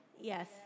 Yes